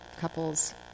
couples